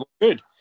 Good